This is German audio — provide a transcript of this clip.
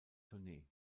tournee